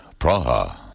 Praha